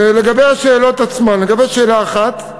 לגבי השאלות עצמן: לגבי שאלה 1: